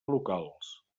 locals